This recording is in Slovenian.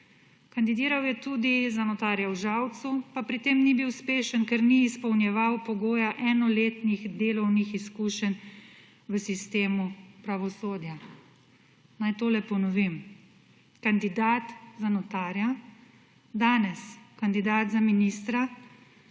Kandidiral je tudi za notarja v Žalcu, pa pri tem ni bil uspešen, ker ni izpolnjeval pogoja enoletnih delovnih izkušenj v sistemu pravosodja. Naj tole ponovim: kandidat za notarja, danes kandidat za ministra